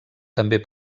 també